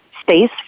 space